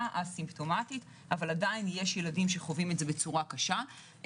אסימפומטית אבל עדיין יש ילדים שחווים את זה בצורה קשה.